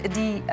die